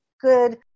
good